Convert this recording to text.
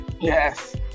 Yes